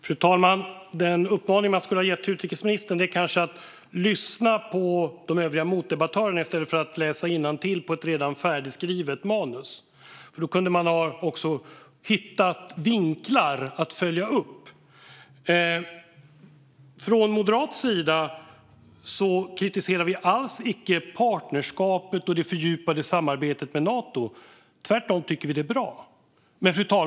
Fru talman! En uppmaning man kanske skulle ge utrikesministern är: Lyssna på motdebattörerna i stället för att läsa innantill i ett redan färdigskrivet manus! Då skulle hon nämligen ha hittat vinklar att följa upp. Från moderat sida kritiserar vi alls icke partnerskapet och det fördjupade samarbetet med Nato, utan tvärtom tycker vi att det är bra.